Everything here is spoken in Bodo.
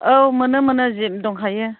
औ मोनो मोनो जिप दंखायो